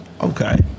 Okay